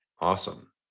Awesome